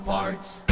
Parts